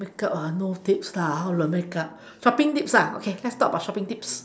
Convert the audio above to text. make up no tips lah how to make up shopping tips okay let's talk about shopping tips